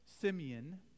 Simeon